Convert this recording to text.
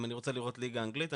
אם אני רוצה לראות ליגה אנגלית,